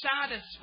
satisfied